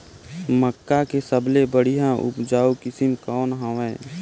मक्का के सबले बढ़िया उपजाऊ किसम कौन हवय?